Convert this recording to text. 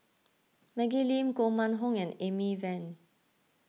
Maggie Lim Koh Mun Hong and Amy Van